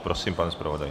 Prosím, pane zpravodaji.